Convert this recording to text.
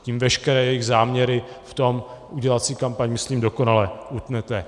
Tím veškeré jejich záměry v tom udělat si kampaň myslím dokonale utnete.